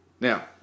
Now